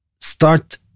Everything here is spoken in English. start